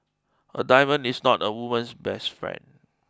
a diamond is not a woman's best friend